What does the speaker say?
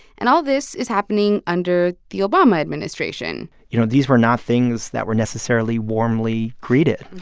and all this is happening under the obama administration you know, these were not things that were necessarily warmly greeted